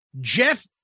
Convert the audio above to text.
Jeff